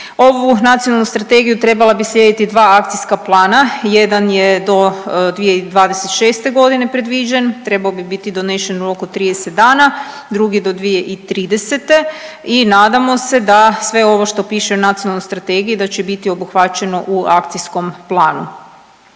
Ovu Nacionalnu strategiju trebala bi slijediti dva akcijska plana, jedan je do 2026. g. predviđen, trebao bi biti donešen u roku od 30 dana, drugi do 2030. i nadamo se da sve ovo što piše u Nacionalnoj strategiji da će biti obuhvaćeno u akcijskom planu.